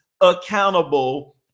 accountable